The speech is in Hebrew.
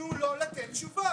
תנו לו לתת תשובות.